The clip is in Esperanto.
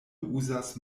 uzas